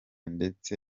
ndetse